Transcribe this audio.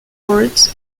court